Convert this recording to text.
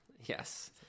Yes